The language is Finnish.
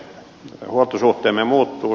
huoltosuhteemme muuttuu